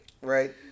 Right